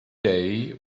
day